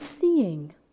seeing